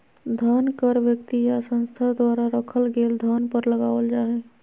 धन कर व्यक्ति या संस्था द्वारा रखल गेल धन पर लगावल जा हइ